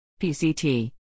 PCT